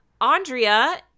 Andrea